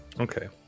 Okay